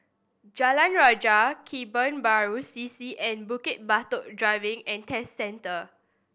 Jalan Rajah Kebun Baru C C and Bukit Batok Driving and Test Centre